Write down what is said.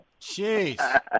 Jeez